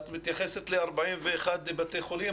את מתייחסת ל-41 בתי חולים,